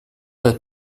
her